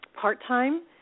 part-time